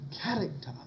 character